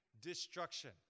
destruction